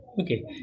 Okay